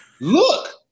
Look